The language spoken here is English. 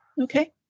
Okay